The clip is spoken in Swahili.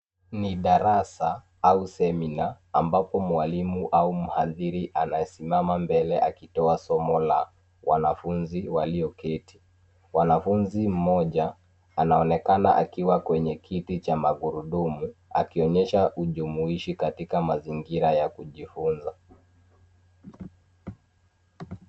Ni darasa au seminar ambapo mwalimu au mhadhiri anasimama mbele akitoa somo la wanafunzi walioketi. Wanafunzi mmoja anaonekana akiwa kwenye kiti cha magurudumu akionyesha ujumuishi katika mazingira ya kujifunza.